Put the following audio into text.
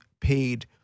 paid